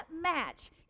match